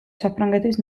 საფრანგეთის